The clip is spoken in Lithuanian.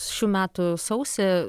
šių metų sausį